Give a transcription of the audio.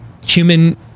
human